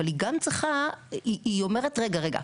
אבל היא גם צריכה, היא אומרת רגע, רגע,